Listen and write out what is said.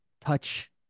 touch